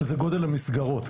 שהוא גודל המסגרות.